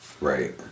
Right